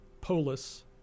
Polis